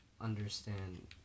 understand